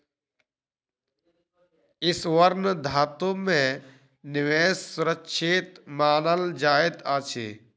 स्वर्ण धातु में निवेश सुरक्षित मानल जाइत अछि